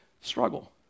struggle